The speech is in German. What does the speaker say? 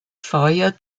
feuer